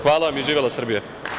Hvala vam i živela Srbija!